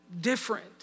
different